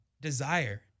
desire